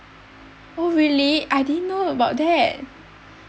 oh really I didn't know about that